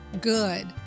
good